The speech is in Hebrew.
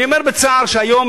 אני אומר בצער שהיום,